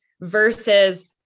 versus